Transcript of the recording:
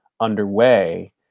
underway